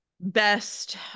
best